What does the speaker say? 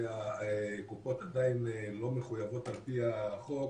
שהקופות עדיין לא מחויבות על פי החוק,